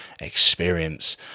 experience